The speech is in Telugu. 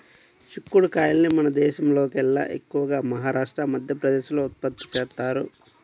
చిక్కుడు కాయల్ని మన దేశంలోకెల్లా ఎక్కువగా మహారాష్ట్ర, మధ్యప్రదేశ్ లో ఉత్పత్తి చేత్తారు